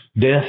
Death